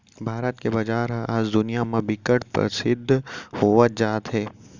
भारत के बजार ह आज दुनिया म बिकट परसिद्ध होवत जात हे